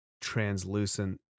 translucent